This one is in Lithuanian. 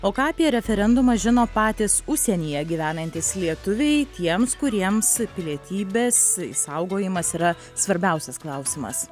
o ką apie referendumą žino patys užsienyje gyvenantys lietuviai tiems kuriems pilietybės išsaugojimas yra svarbiausias klausimas